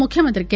ముఖ్యమంత్రి కె